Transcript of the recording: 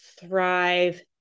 thrive